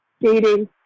dating